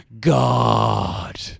God